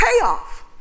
payoff